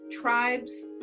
Tribes